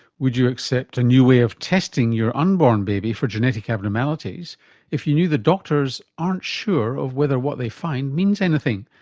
would you accept a new way of testing your unborn baby for genetic abnormalities if you knew the doctors aren't sure of whether what they find means anything?